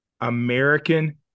American